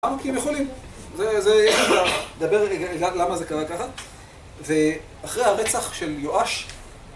למה? כי הם יכולים? למה זה קרה ככה? ואחרי הרצח של יואש